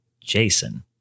Jason